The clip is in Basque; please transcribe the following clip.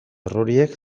erroreak